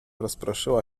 rozproszyła